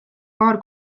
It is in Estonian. paar